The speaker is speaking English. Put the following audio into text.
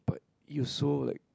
it was so like